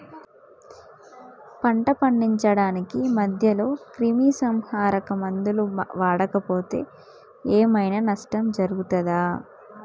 పంట పండించడానికి మధ్యలో క్రిమిసంహరక మందులు వాడకపోతే ఏం ఐనా నష్టం జరుగుతదా?